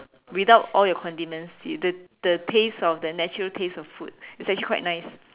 without all your condiments the the taste of the natural taste of food is actually quite nice